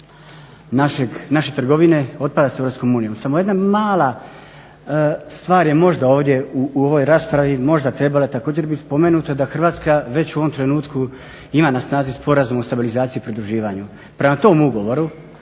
naše trgovine otpada s EU. Samo jedna mala stvar je možda ovdje u ovoj raspravi, možda trebala također biti spomenuta da Hrvatska već u ovom trenutku ima na snazi sporazum o stabilizaciji i pridruživanju. Prema tom ugovoru